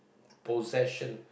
possession